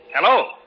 Hello